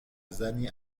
زنی